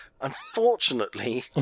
unfortunately